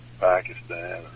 Pakistan